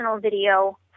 video